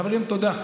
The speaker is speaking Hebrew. חברים, תודה.